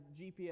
GPS